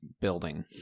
building